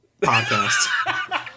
podcast